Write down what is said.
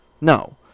no